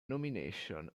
nomination